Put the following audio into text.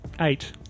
Eight